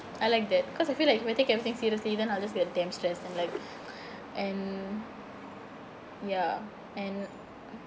I like that cause I feel like if I take everything seriously then I'll just get damn stressed and like like and ya and